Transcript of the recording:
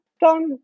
done